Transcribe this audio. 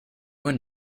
one